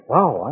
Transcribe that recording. Wow